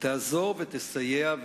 תעזור ותסייע,